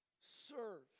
serve